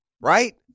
right